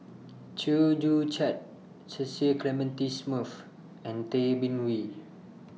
Chew Joo Chiat Cecil Clementi Smith and Tay Bin Wee